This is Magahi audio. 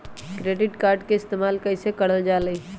क्रेडिट कार्ड के इस्तेमाल कईसे करल जा लई?